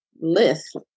list